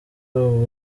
ubu